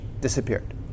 disappeared